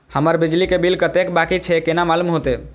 हमर बिजली के बिल कतेक बाकी छे केना मालूम होते?